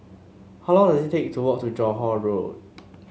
how long does it take to walk to Johore Road